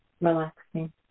relaxing